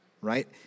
right